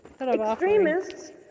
extremists